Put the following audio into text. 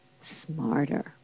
smarter